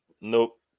Nope